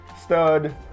stud